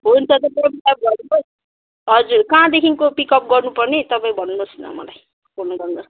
हुन्छ तपाईँ र म बात गरौँ है हजुर कहाँदेखिन्को पिकअप गर्नुपर्ने तपाईँ भन्नुहोस् न मलाई फोन गर्नुहोस् न